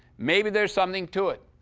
maybe there's something to it.